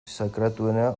sakratuena